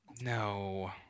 No